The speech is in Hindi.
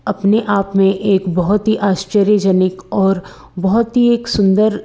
अपने आप में एक बहुत ही आश्चर्यजनक और बहुत ही एक सुंदर